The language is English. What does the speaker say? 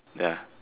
the